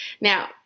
Now